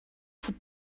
voor